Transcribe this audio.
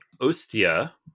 Ostia